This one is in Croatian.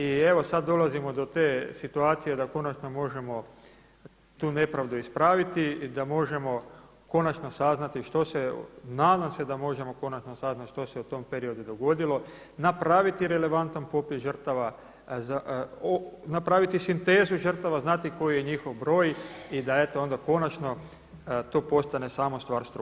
I evo sada dolazimo do te situacije da konačno možemo tu nepravdu ispraviti i da možemo konačno saznati što se, nadam se da možemo konačno saznati što se u tom periodu dogodilo, napraviti relevantan popis žrtava, napraviti sintezu žrtava, znati koji je njihov broj i da eto onda konačno to postane samo stvar struke.